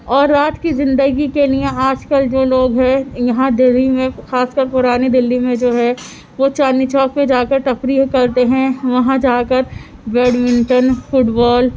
اور آج کی زندگی کے لیے آج کل جو لوگ ہے یہاں دہلی میں خاص کر پرانی دلی میں جو ہے وہ چاندنی چوک پہ جا کر تفریح کرتے ہیں وہاں جا کر بیڈمنٹن فٹبال